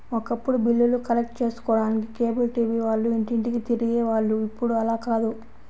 ఒకప్పుడు బిల్లులు కలెక్ట్ చేసుకోడానికి కేబుల్ టీవీ వాళ్ళు ఇంటింటికీ తిరిగే వాళ్ళు ఇప్పుడు అలా కాదు